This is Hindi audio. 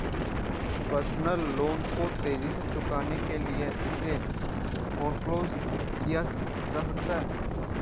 पर्सनल लोन को तेजी से चुकाने के लिए इसे फोरक्लोज किया जा सकता है